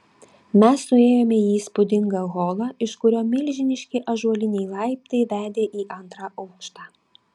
mes suėjome į įspūdingą holą iš kurio milžiniški ąžuoliniai laiptai vedė į antrą aukštą